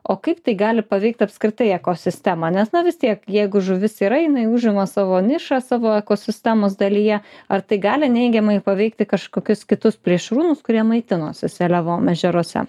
o kaip tai gali paveikt apskritai ekosistemą nes na vis tiek jeigu žuvis yra jinai užima savo nišą savo ekosistemos dalyje ar tai gali neigiamai paveikti kažkokius kitus plėšrūnus kurie maitinosi seliavom ežeruose